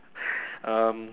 um